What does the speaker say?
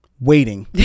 Waiting